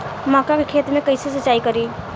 मका के खेत मे कैसे सिचाई करी?